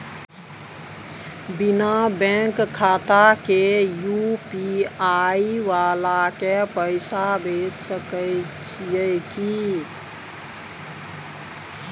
बिना बैंक खाता के यु.पी.आई वाला के पैसा भेज सकै छिए की?